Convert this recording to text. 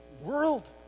world